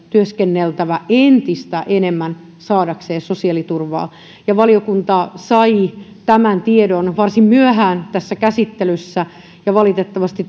työskenneltävä entistä enemmän saadakseen sosiaaliturvaa valiokunta sai tämän tiedon varsin myöhään tässä käsittelyssä ja valitettavasti